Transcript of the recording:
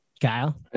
Kyle